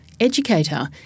educator